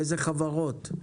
לאיזה חברות,